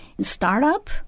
startup